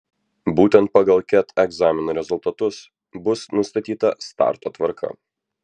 būtent pagal ket egzamino rezultatus bus nustatyta starto tvarka